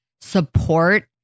support